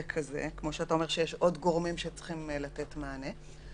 כזה כמו שאמרת כשיש עוד גורמים שצריכים לתת מענה.